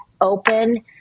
open